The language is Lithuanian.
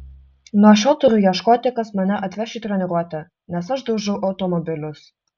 nuo šiol turiu ieškoti kas mane atveš į treniruotę nes aš daužau automobilius